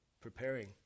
preparing